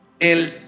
El